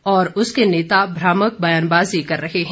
और उसके नेता भ्रामक बयान बाजी कर रहे है